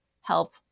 help